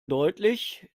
deutlich